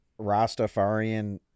Rastafarian